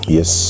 Yes